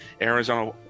Arizona